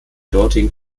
dortigen